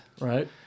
Right